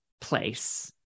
place